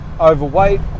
overweight